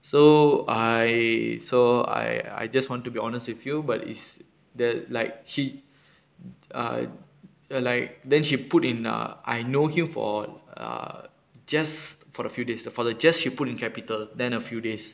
so I so I I just want to be honest with you but is the like she uh like then she put in uh I know him for err just for a few days for the just she put in capital then a few days